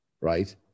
right